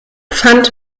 fand